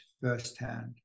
firsthand